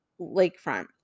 lakefront